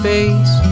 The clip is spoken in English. Space